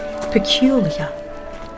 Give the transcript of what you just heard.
peculiar